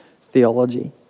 theology